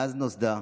מאז נוסדה,